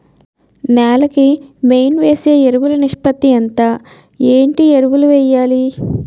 నేల కి మెయిన్ వేసే ఎరువులు నిష్పత్తి ఎంత? ఏంటి ఎరువుల వేయాలి?